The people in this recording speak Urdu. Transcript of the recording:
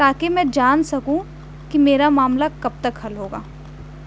تاکہ میں جان سکوں کہ میرا معاملہ کب تک حل ہوگا